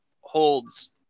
holds